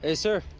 ah sir,